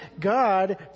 god